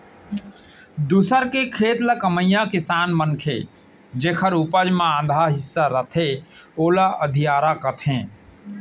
दूसर के खेत ल कमइया किसान मनखे जेकर उपज म आधा हिस्सा रथे ओला अधियारा कथें